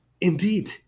indeed